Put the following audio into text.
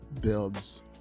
builds